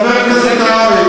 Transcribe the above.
חבר הכנסת נהרי,